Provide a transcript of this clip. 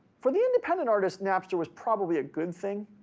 for the independent artists napster was probably a good thing.